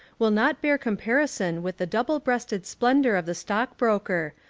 will not bear comparison with the double-breasted splendour of the stock broker,